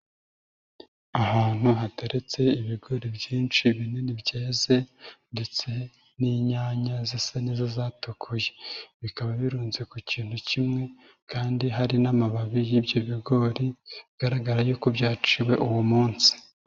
Ahantu hateretse ibigori byinshi binini byeze ndetse n'inyanya zisa neza zatukuye, bikaba birunze ku kintu kimwe kandi hari n'amababi y'ibyo bigori, bigaragara yuko byaciwe uwo munsi.